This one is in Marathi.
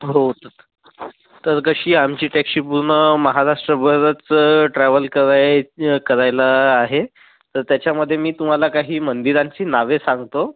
हो तर कशी आमची टॅक्सी पूर्ण महाराष्ट्रभरचं ट्रॅव्हल कराए करायला आहे तर त्याच्यामध्ये मी तुम्हाला काही मंदिरांची नावे सांगतो